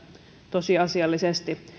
tosiasiallisesti